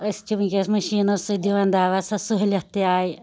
أسۍ چھِ وُنکٮ۪نس مشیٖنو سۭتۍ دوان دوا سۄ سہولیت تہِ آیہِ